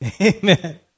Amen